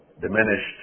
diminished